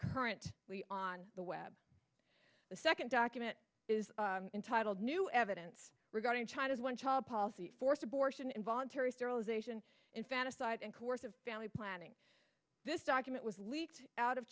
current on the web the second document is entitled new evidence regarding china's one child policy forced abortion involuntary sterilization infanticide and course of family planning this document was leaked out of